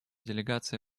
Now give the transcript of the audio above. делегация